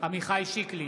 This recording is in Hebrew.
עמיחי שיקלי,